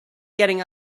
getting